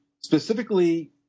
specifically